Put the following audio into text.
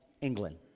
England